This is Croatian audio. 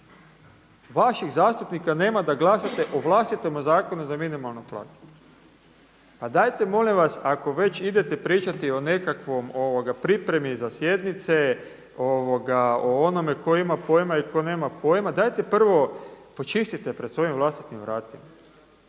Vaših zastupnika nema da glasate o vlastitom Zakonu za minimalnu plaću. Pa dajte molim vas ako već idete pričati o nekakvoj pripremi za sjednice, o onome tko ima pojma i tko nema pojma, dajte prvo počistite pred svojim vlastitim vratima.